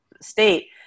state